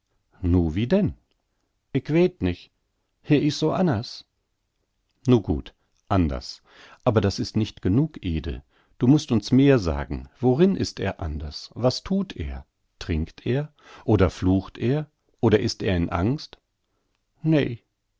nu wie denn ick weet nich he is so anners nu gut anders aber das ist nicht genug ede du mußt uns mehr sagen worin ist er anders was thut er trinkt er oder flucht er oder ist er in angst nei